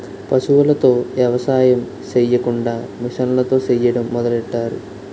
పశువులతో ఎవసాయం సెయ్యకుండా మిసన్లతో సెయ్యడం మొదలెట్టారు